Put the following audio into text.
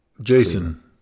Jason